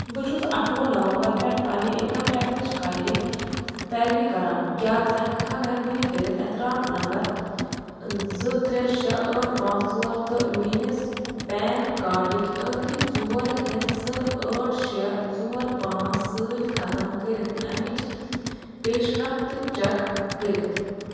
بہٕ چھُس اَٹھووُہ نومبر پٮ۪ٹھ پنٛنہِ اِنکَم ٹیکسٕچ فایلِنٛگ پیروی کران کیاہ ژٕ ہیٚککھا مہربٲنی کٔرتھ اعتراف نمبر زٕ ترے شےٚ ٲٹھ پانٛژھ ژور تہٕ میٲنس پین کارڈٕکۍ ٲخری ژور ہِنٛدسہٕ ٲٹھ شےٚ ژور پانٛژھ سۭتۍ ختم کٔرِتھ اَمِچ پیشرفتہٕ چیک کٔرِتھ